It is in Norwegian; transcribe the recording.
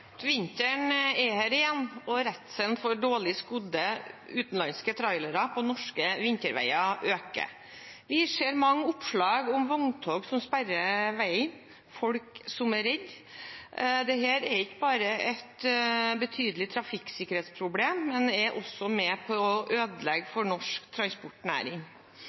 for dårlig skodde useriøse utenlandske trailere på norske vinterveier øker. Vi ser mange oppslag om utenlandske vogntog som sperrer veier, og folk som er redde. Dette er ikke bare et betydelig trafikksikkerhetsproblem, men er også med på å ødelegge for norsk transportnæring.